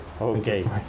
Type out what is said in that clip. Okay